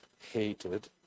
hated